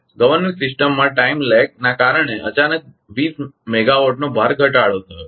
governor સિસ્ટમમાં time લેગસમયાન્તરના કારણે અચાનક 20 મેગાવાટનો ભાર ઘટાડો થયો છે